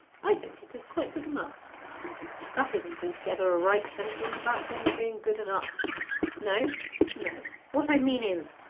i think it is quite good enough that isn't altogether a right sentiment about things being good enough no no. what i mean is,